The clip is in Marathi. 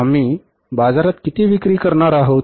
आम्ही बाजारात किती विक्री करणार आहोत